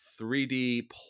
3D